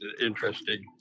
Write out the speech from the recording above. interesting